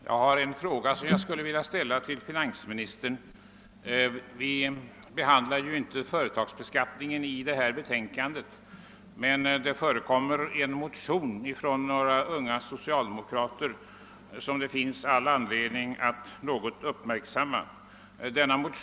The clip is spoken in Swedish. Herr talman! Jag har en fråga att ställa till finansministern. Företagsbeskattningen behandlas inte i det betänkande som vi nu diskuterar, men beskattningen förekommer i en motion som väckts av några unga socialdemokrater, och det finns all anledning att något uppmärksamma den.